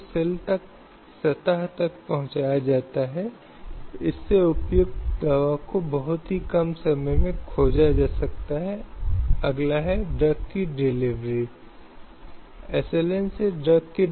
इसलिए किसी भी इंसान को काम करने के लिए ज़बरदस्ती नहीं किया जा सकता है और न ही किया जा सकता है